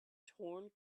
torn